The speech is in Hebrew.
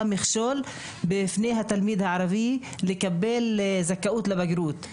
מכשול בפני התלמיד הערבי לקבל זכאות לבגרות.